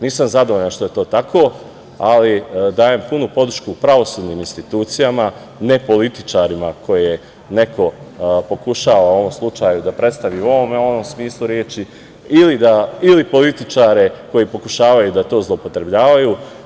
Nisam zadovoljan što je to tako, ali dajem punu podršku pravosudnim institucijama, ne političarima koje neko pokušava u ovom slučaju da predstavi u ovom ili onom smislu reči, ili političare koji pokušavaju da to zloupotrebljavaju.